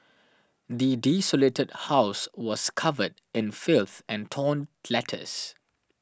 the desolated house was covered in filth and torn letters